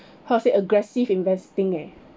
how to say aggressive investing leh